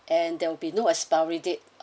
and there will be no expiry date